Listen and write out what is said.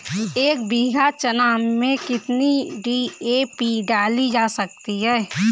एक बीघा चना में कितनी डी.ए.पी डाली जा सकती है?